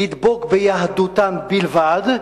לדבוק ביהדותם בלבד,